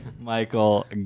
Michael